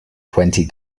twenty